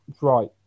Right